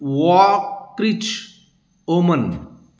Walkrich ओमन